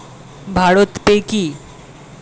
Bharat pay কি?